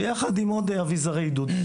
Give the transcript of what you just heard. ביחד עם עוד אביזרי עידוד.